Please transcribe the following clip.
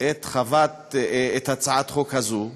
את הצעת החוק הזאת,